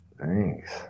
Thanks